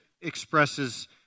expresses